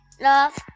Love